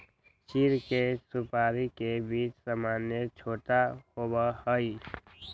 चीड़ के सुपाड़ी के बीज सामन्यतः छोटा होबा हई